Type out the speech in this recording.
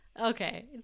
okay